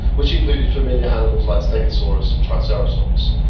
which included familiar animals like stegosaurus and triceratops.